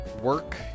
work